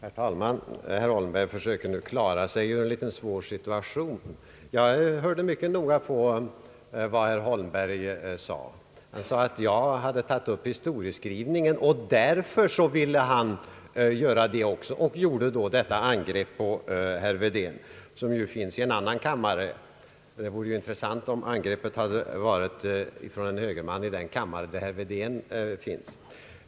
Herr talman! Herr Holmberg försöker nu klara sig ur en liten svår situation. Jag hörde mycket noga på vad herr Holmberg sade. Han sade att jag hade tagit upp historieskrivningen och därför ville han också göra det och gjorde då detta angrepp på herr Wedén som ju finns i en annan kammare. Det vore intressant om angreppet hade skett från en högerman i den kammare där herr Wedén finns.